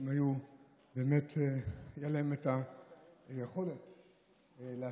הייתה להם היכולת להשפיע.